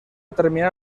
terminal